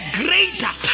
greater